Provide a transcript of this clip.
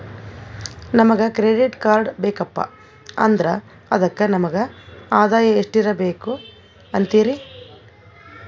ನಮಗ credit card ಬೇಕಪ್ಪ ಅಂದ್ರ ಅದಕ್ಕ ನಮಗ ಆದಾಯ ಎಷ್ಟಿರಬಕು ಅಂತೀರಿ?